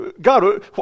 God